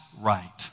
right